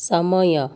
ସମୟ